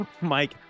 Mike